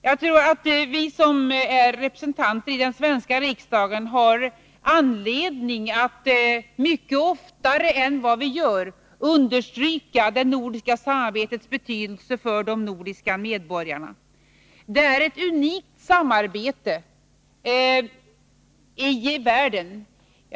Jag tror att vi som är den svenska riksdagens representanter i Nordiska rådet har anledning att mycket oftare än vad vi gör understryka det nordiska samarbetets betydelse för de nordiska medborgarna. Det är ett unikt samarbete i världen.